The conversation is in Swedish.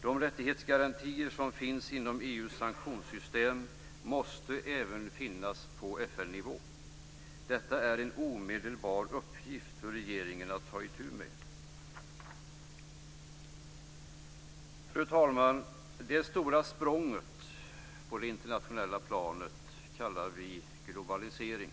De rättssäkerhetsgarantier som finns inom EU:s sanktionssystem måste även finnas på FN nivå. Detta är en uppgift som regeringen omedelbart måste ta itu med. Fru talman! Det stora språnget på det internationella planet kallar vi globalisering.